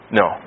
no